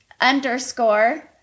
underscore